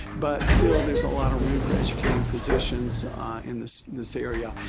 but still there's a lot of room for educating physicians in this this area,